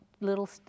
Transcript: little